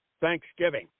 Thanksgiving